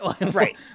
Right